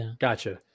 gotcha